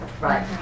right